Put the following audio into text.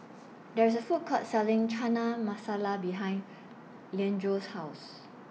There IS A Food Court Selling Chana Masala behind Leandro's House